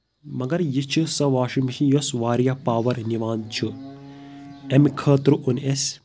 مَگر یہِ چھِ سۄ واشنگ مشین یۄس واریاہ پاور نِوان چھِ اَمہِ خٲطر اوٚن اَسہِ